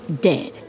dead